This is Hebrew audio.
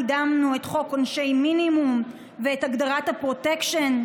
קידמנו את חוק עונשי מינימום ואת הגדרת הפרוטקשן,